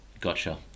Gotcha